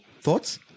thoughts